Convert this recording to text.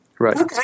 Right